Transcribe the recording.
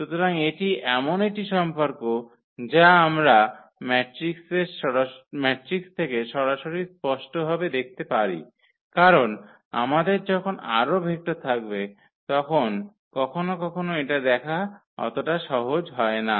সুতরাং এটি এমন একটি সম্পর্ক যা আমরা ম্যাট্রিক্স থেকে সরাসরি স্পষ্টভাবে দেখতে পারি কারণ আমাদের যখন আরও ভেক্টর থাকবে তখন কখনও কখনও এটা দেখা অতটা সহজ হয় না